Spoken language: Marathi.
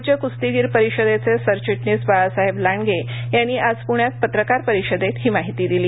राज्यकुस्तीगीर परिषदेचे सरचिटणीस बाळासाहेब लांडगे यांनी आज पुण्यात पत्रकार परिषदेत हीमाहिती दिली